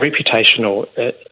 reputational